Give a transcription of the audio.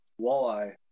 walleye